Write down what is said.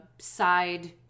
side